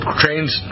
trains